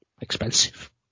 expensive